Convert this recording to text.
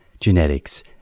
genetics